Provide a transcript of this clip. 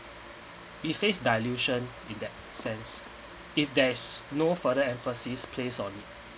faced dilution in that sense if that is no further emphasis placed on it